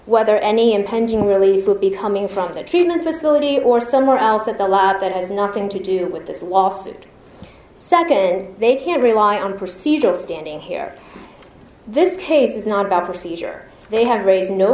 whether any impending release will be coming from the treatment facility or somewhere else at the lab that has nothing to do with this lawsuit second they can't rely on procedural standing here this case is not about procedure they have raise no